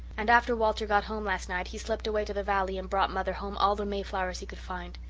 and after walter got home last night he slipped away to the valley and brought mother home all the mayflowers he could find.